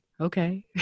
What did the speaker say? Okay